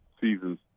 seasons